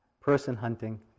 person-hunting